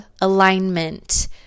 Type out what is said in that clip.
alignment